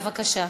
בבקשה.